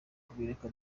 kubireba